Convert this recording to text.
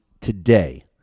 today